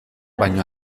baino